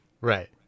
right